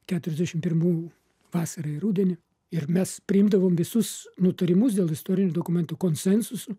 keturiasdešim pirmų vasarą ir rudenį ir mes priimdavom visus nutarimus dėl istorinių dokumentų konsensusu